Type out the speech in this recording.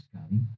Scotty